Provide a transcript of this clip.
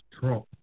Trump